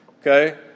Okay